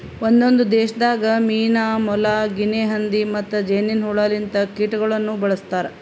ಒಂದೊಂದು ದೇಶದಾಗ್ ಮೀನಾ, ಮೊಲ, ಗಿನೆ ಹಂದಿ ಮತ್ತ್ ಜೇನಿನ್ ಹುಳ ಲಿಂತ ಕೀಟಗೊಳನು ಬಳ್ಸತಾರ್